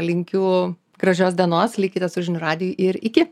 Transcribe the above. linkiu gražios dienos likite su žinių radiju ir iki